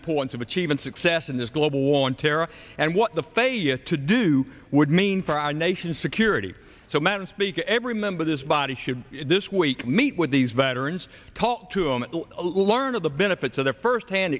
importance of achievement success in this global war on terror and what the failure to do would mean for our nation security so matters because every member this body should this week meet with these veterans talk to and learn of the benefits of their firsthand